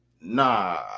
Nah